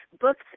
books